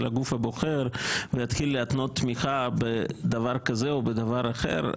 הגוף הבוחר ויתחיל להתנות תמיכה בדבר כזה או בדבר אחר,